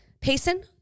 Payson